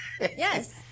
Yes